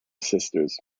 sisters